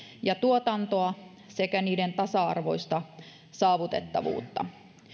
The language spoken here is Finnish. ja tuotantoa sekä niiden tasa arvoista saavutettavuutta